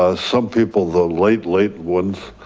ah some people, the late late ones,